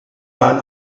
ran